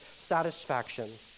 satisfaction